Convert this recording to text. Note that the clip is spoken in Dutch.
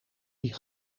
die